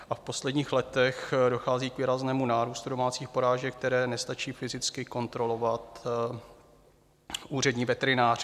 V posledních letech dochází k výraznému nárůstu domácích porážek, které nestačí fyzicky kontrolovat úřední veterinář.